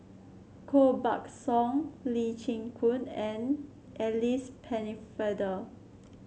Koh Buck Song Lee Chin Koon and Alice Pennefather